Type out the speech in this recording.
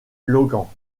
logan